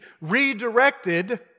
redirected